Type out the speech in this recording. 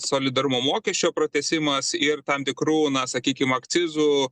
solidarumo mokesčio pratęsimas ir tam tikrų na sakykim akcizų